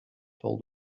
told